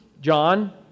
John